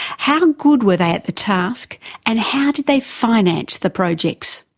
how good were they at the task and how did they finance the projects?